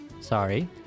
Sorry